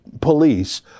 police